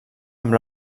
amb